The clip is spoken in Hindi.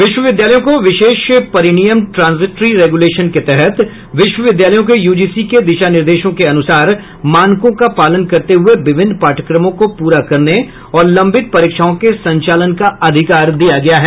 विश्वविद्यालयों को विशेष परिनियम ट्रांजिटरी रेगुलेशन के तहत विश्वविद्यालयों को यूजीसी के दिशा निर्देशों के अनुसार मानकों का पालन करते हुए विभिन्न पाठ्यक्रमों को पूरा करने और लंबित परीक्षाओं के संचालन का अधिकार दिया गया है